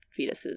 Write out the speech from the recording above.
fetuses